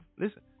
Listen